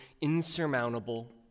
insurmountable